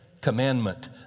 commandment